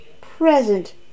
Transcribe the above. present